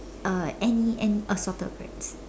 uh any any assorted breads